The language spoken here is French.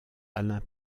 alain